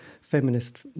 feminist